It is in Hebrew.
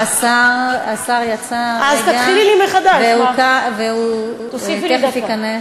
מירב, השר יצא רגע והוא תכף ייכנס.